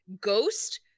Ghost